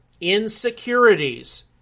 insecurities